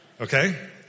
Okay